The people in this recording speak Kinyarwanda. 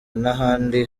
n’ahandi